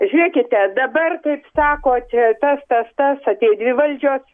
žiūrėkite dabar taip sakot tas tas tas atėjo dvi valdžios